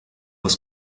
was